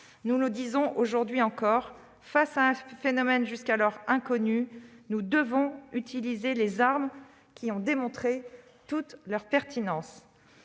nous disons aujourd'hui encore que, face à un phénomène jusqu'alors inconnu, nous devons utiliser les armes qui ont démontré toute leur pertinence.